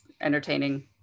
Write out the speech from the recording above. entertaining